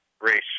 race